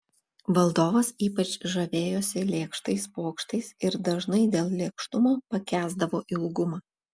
valdovas ypač žavėjosi lėkštais pokštais ir dažnai dėl lėkštumo pakęsdavo ilgumą